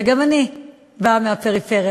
וגם אני באה מהפריפריה.